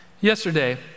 yesterday